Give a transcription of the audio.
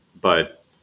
but-